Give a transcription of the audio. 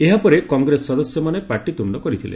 ଏହାପରେ କଂଗ୍ରେସ ସଦସ୍ୟମାନେ ପାଟିତୁଣ୍ଡ କରିଥିଲେ